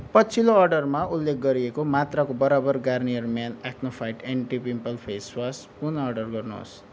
पछिल्लो अर्डरमा उल्लेख गरिएको मात्राको बराबर Garnier men acno fight anti pimple face wash पुन अर्डर गर्नुहोस्